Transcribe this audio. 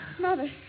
Mother